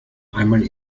einmal